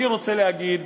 אני רוצה להגיד,